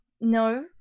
no